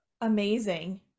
Amazing